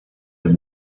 have